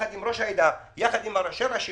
עם ראש העדה, עם ראשי הרשויות,